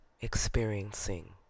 experiencing